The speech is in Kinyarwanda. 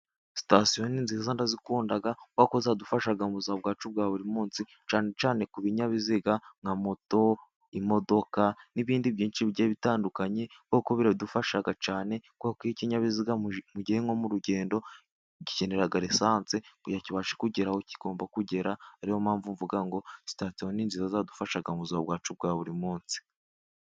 Sitasiyo ni nziza ndazikunda, kubera ko ziradufasha mu buzima bwacu bwa buri munsi cyane cyane ku binyabiziga, nka moto imodoka n'ibindi byinshi bigiye bitandukanye, kubera ko biradufasha cyane kubera ko iyo ikinyabiziga mugiye nko mu rugendo gikenera lisansi, kugira ngo kibashe kugera aho kigomba kugera, ari yo mpamvu mvuga ngo, sitasiyo ni nziza ziradufasha mu buzima bwacu bwa buri munsi.